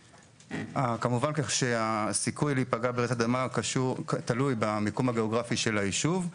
כמובן שהסיכוי להיפגע ברעידת אדמה הוא תלוי במיקום הגיאוגרפי של היישוב.